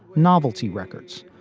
novelty records,